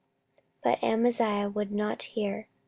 but amaziah would not hear